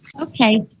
Okay